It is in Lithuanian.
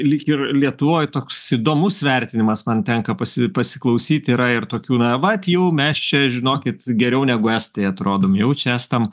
lyg ir lietuvoj toks įdomus vertinimas man tenka pasi pasiklausyti yra ir tokių na vat jau mes čia žinokit geriau negu estai atrodom jau čia estam